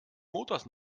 motors